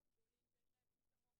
תמר, את רוצה להרחיב?